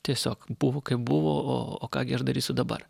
tiesiog buvo kaip buvo o o ką darysiu dabar